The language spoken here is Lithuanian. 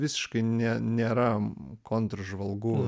visiškai ne nėra kontržvalgų